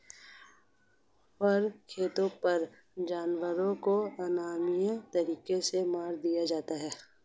फर खेतों पर जानवरों को अमानवीय तरीकों से मार दिया जाता है